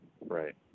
Right